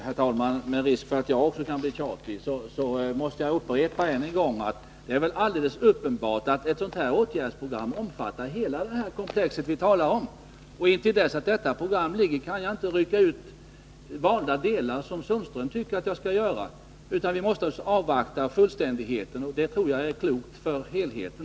Herr talman! Med risk för att jag också blir tjatig upprepar jag att ett åtgärdsprogram naturligtvis måste omfatta hela det komplex vi talar om. Jag kan inte rycka ut valda delar, som Sten-Ove Sundström tycker att jag skall göra. Vi måste naturligtvis avvakta tills det fullständiga programmet föreligger. Det tror jag är klokt med tanke på helheten.